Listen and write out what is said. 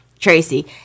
Tracy